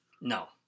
No